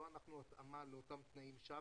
לא אנחנו התאמה לאותם תנאים שם,